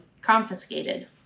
confiscated